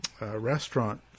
Restaurant